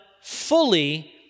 fully